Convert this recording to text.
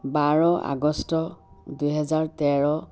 বাৰ August দুহেজাৰ তেৰ